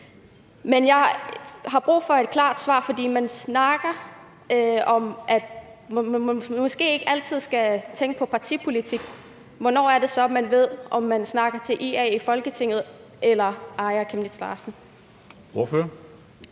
Men jeg har brug for et klart svar, for man snakker om, at man måske ikke altid skal tænke i partipolitik. Hvornår er det så man ved, om man snakker med IA i Folketinget eller med Aaja Chemnitz Larsen?